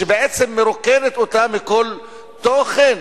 שבעצם מרוקנות אותה מכל תוכן.